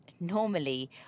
normally